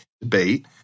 debate